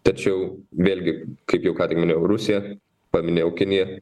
tačiau vėlgi kaip jau ką tik minėjau rusija paminėjau kinija